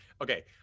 Okay